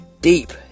deep